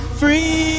free